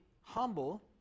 humble